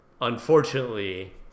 Unfortunately